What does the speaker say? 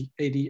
AD